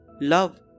love